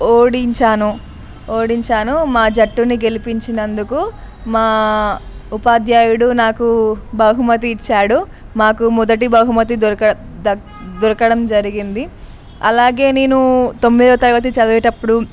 ఓడించాను ఓడించాను మా జట్టును గెలిపించినందుకు మా ఉపాధ్యాయుడు నాకు బహుమతి ఇచ్చాడు మాకు మొదటి బహుమతి దొరక దొరకడం జరిగింది అలాగే నేను తొమ్మిదవ తరగతి చదివేటప్పుడు